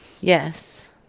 Yes